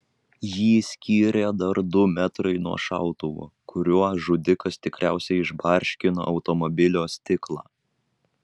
jį skyrė dar du metrai nuo šautuvo kuriuo žudikas tikriausiai išbarškino automobilio stiklą